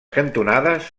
cantonades